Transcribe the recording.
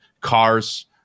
cars